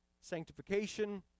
sanctification